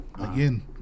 again